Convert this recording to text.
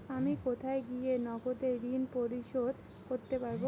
আমি কোথায় গিয়ে নগদে ঋন পরিশোধ করতে পারবো?